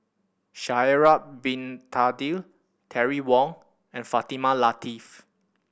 Sha'ari Bin Tadin Terry Wong and Fatimah Lateef